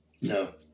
no